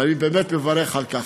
ואני באמת מברך על כך,